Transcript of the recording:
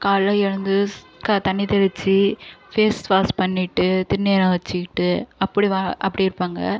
காலையில் எழுந்து தண்ணி தெளித்து ஃபேஸ்வாஷ் பண்ணிட்டு திருநீரை வச்சிகிட்டு அப்படி வா அப்படி இருப்பாங்க